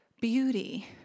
beauty